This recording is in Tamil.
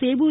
சேவூர்